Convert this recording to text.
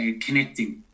connecting